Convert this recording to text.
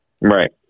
Right